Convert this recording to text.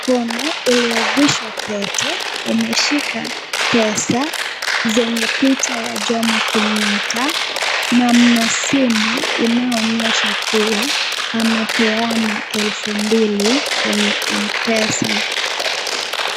Mkono iliovishwa pete imeshika picha zenye picha ya Jomo Kenyatta na mna simu inayoonyesha kuwa amepeana elfu mbili kwenye mpesa.